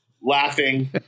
laughing